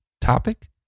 topic